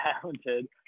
talented